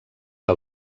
que